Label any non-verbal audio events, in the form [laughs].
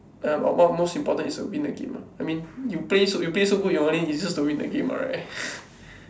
err ya but what most important is to win the game lah I mean you play you play so good is only is just to win the game what right [laughs]